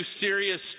serious